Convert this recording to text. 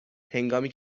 هنگامی